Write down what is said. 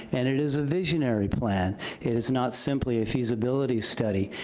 and it is a visionary plan. it is not simply a feasibility study.